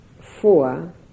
four